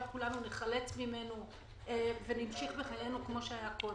כולנו ניחלץ ממנו ונמשיך בחיינו כמו שהיה קודם,